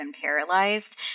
paralyzed